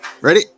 Ready